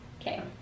Okay